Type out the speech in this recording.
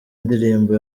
indirimbo